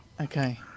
Okay